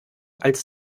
als